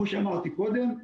כמו שאמרתי קודם,